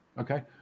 okay